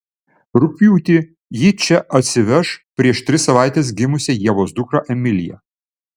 rugpjūtį ji čia atsiveš prieš tris savaites gimusią ievos dukrą emiliją